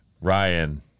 Ryan